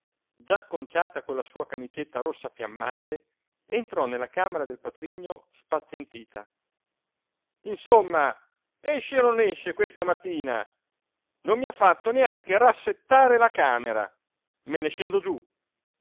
già acconciata con la sua camicetta rossa fiammante entrò nella camera del patrigno spazientita insomma esce o non esce questa mattina non mi ha fatto neanche rassettare la camera me ne scendo giú